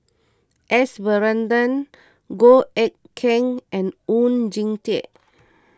S Varathan Goh Eck Kheng and Oon Jin Teik